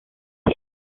est